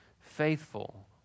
faithful